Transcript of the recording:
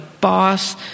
boss